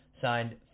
signed